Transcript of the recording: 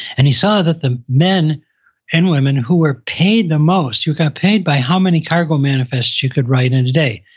and he saw that the men and women who were paid the most, who got paid by how many cargo manifests you could write in a day.